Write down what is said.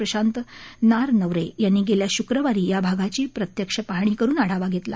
प्रशांत नारनवरे यांनी गेल्या शुक्रवारी या भागाची प्रत्यक्ष पाहणी करून आढावा घेतला